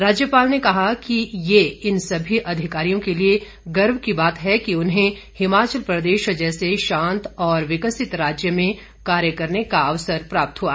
राज्यपाल ने कहा कि यह इन सभी अधिकारियों को लिए गर्व की बात है कि उन्हें हिमाचल प्रदेश जैसे शांत और विकसित राज्य में कार्य करने का अवसर प्राप्त हुआ